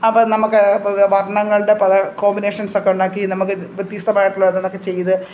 അപ്പോള് നമ്മള്ക്ക് വർണങ്ങളുടെ പല കോമ്പിനേഷൻസൊക്കെ ഉണ്ടാക്കി നമ്മള്ക്ക് വ്യത്യസ്തമായിട്ടുള്ള ഓരോന്നൊക്കെ ചെയ്ത്